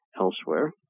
elsewhere